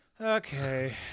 Okay